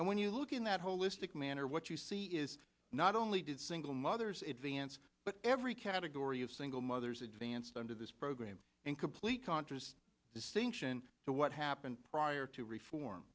and when you look in that holistic manner what you see is not only did single mothers advance but every category of single mothers advanced under this program in complete contrast distinction to what happened prior to reform